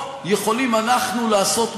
תציעו, תעשו.